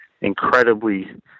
incredibly